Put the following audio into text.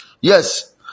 Yes